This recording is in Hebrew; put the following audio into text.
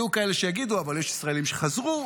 יהיו כאלה שיגידו: אבל יש ישראלים שחזרו.